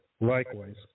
Likewise